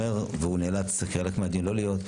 ונאלץ בחלק מהדיון לא להיות.